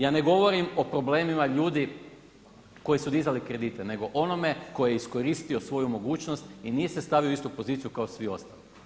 Ja ne govorim o problemima ljudi koji su dizali kredite nego onome tko je iskoristio svoju mogućnost i nije se stavio u istu poziciju kao svi ostali.